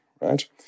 Right